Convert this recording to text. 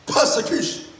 Persecution